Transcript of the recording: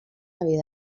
havia